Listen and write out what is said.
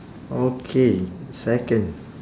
okay second